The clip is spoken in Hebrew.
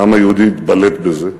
העם היהודי התבלט בזה,